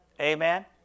Amen